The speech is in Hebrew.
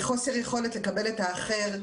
היא חוסר יכולת לקבל את האחר,